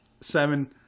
Seven